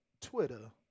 Twitter